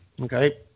okay